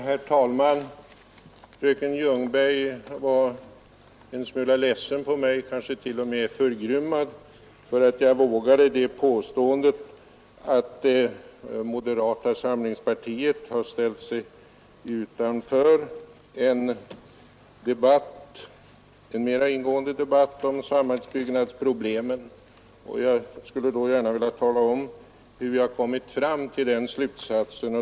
Herr talman! Fröken Ljungberg var en smula ledsen på mig, kanske t.o.m. förgrymmad, för att jag vågade påståendet att moderata samlingspartiet har ställt sig utanför en mera ingående debatt om bostadsbyggnadsproblemet. Jag skulle därför gärna vilja tala om hur jag har kommit fram till den slutsatsen.